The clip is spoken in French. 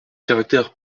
caractère